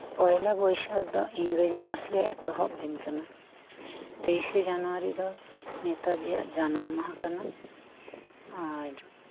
ᱯᱚᱭᱞᱟ ᱵᱚᱭᱥᱟᱠ ᱫᱚ ᱤᱝᱨᱟᱹᱡᱤ ᱢᱟᱥᱨᱮᱱᱟᱜ ᱮᱛᱚᱦᱚᱵ ᱫᱤᱱ ᱠᱟᱱᱟ ᱛᱮᱭᱤᱥᱮ ᱡᱟᱱᱣᱟᱨᱤ ᱫᱚ ᱱᱮᱛᱟᱡᱤᱭᱟᱜ ᱡᱟᱱᱟᱢ ᱢᱟᱦᱟ ᱠᱟᱱᱟ ᱟᱨ